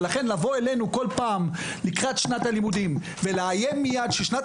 לבוא אלינו כל פעם לקראת שנת הלימודים ולאיים ששנת